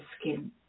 skin